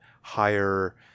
higher